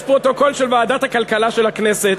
יש פרוטוקול של ועדת הכלכלה של הכנסת,